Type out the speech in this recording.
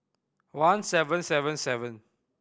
one seven seven seven